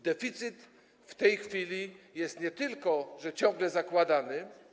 Deficyt w tej chwili jest nie tylko że ciągle zakładany.